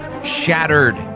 Shattered